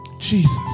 Jesus